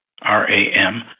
R-A-M